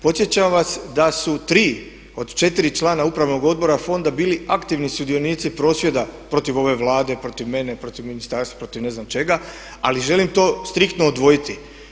Podsjećam vas da su tri od četiri člana upravnog odbora fonda bili aktivni sudionici prosvjeda protiv ove Vlade, protiv mene, protiv ministarstva, protiv ne znam čega, ali želim to striktno odvojiti.